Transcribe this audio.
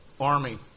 army